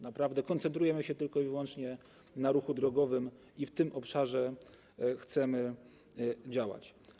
Naprawdę koncentrujemy się tylko i wyłącznie na ruchu drogowym i w tym obszarze chcemy działać.